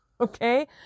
Okay